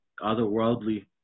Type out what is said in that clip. otherworldly